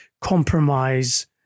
compromise